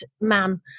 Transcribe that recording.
man